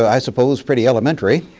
i suppose, pretty elementary.